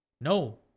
No